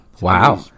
Wow